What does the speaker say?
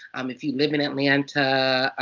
um if you live in atlanta,